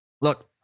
look